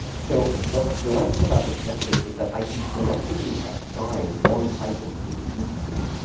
so what's delightful about this method is that i can selectively excise one type of sleep, deep sleep,